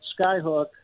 skyhook